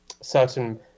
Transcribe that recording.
certain